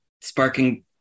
sparking